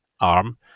arm